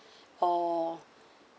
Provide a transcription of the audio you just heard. or